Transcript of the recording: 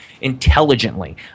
intelligently